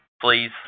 Please